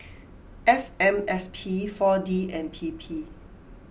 F M S P four D and P P